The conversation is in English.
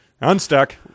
Unstuck